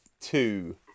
Two